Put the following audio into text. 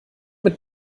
mit